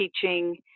teaching